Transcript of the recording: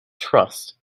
trust